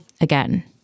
again